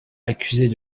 accusée